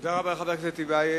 תודה רבה לחבר הכנסת טיבייב.